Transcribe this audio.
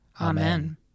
Amen